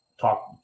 Talk